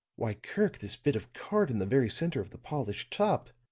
why, kirk, this bit of card, in the very center of the polished top